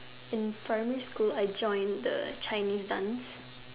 in primary school I joined the Chinese dance